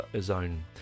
zone